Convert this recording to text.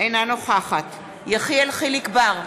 אינה נוכחת יחיאל חיליק בר,